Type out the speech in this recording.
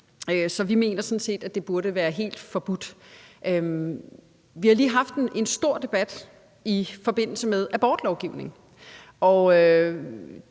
Så vi mener sådan set, at det burde være helt forbudt. Vi har lige haft en stor debat i forbindelse med abortlovgivning,